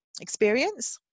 experience